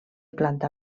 planta